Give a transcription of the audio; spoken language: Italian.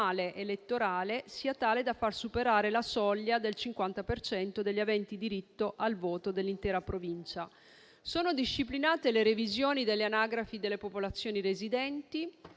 elettorale sia tale da far superare la soglia del 50 per cento degli aventi diritto al voto dell'intera Provincia. Sono disciplinate le revisioni delle anagrafi delle popolazioni residenti,